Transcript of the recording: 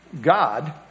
God